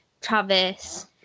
Travis